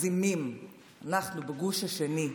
בגוש השני,